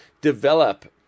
develop